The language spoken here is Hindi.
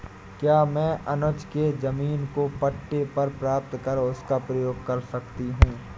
क्या मैं अनुज के जमीन को पट्टे पर प्राप्त कर उसका प्रयोग कर सकती हूं?